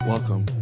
Welcome